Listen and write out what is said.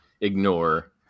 ignore